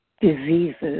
diseases